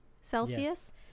celsius